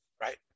right